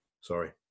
Sorry